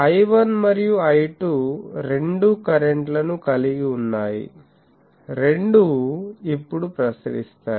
I1 మరియు I2 రెండూ current లను కలిగి ఉన్నాయి రెండూ ఇప్పుడు ప్రసరిస్తాయి